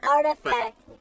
Artifact